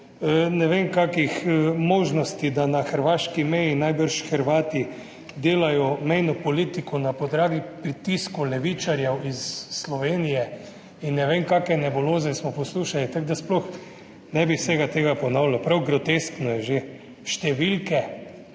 ne vem kakšnih možnosti, da na hrvaški meji najbrž Hrvati delajo mejno politiko na podlagi pritiskov levičarjev iz Slovenije in ne vem kakšne nebuloze smo poslušali, tako da sploh ne bi vsega tega ponavljal. Prav groteskno je že. Številke,